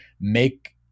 make